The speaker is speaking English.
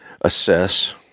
assess